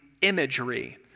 imagery